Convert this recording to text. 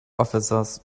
officers